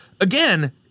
again